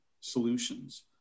solutions